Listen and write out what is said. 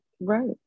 right